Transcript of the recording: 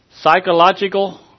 psychological